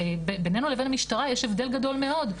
בינינו לבין המשטרה יש הבדל גדול מאוד,